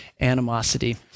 animosity